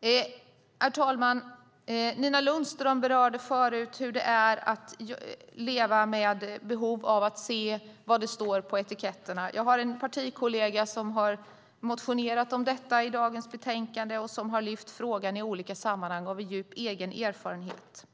dessa produkter. Herr talman! Nina Lundström berörde tidigare hur det är att leva med behovet att kunna se vad som står på etiketterna. Jag har en partikollega som motionerat om detta och motionen behandlas i dagens betänkande. Kollegan har lyft upp frågan i olika sammanhang och har också stor egen erfarenhet.